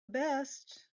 best